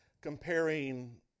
comparing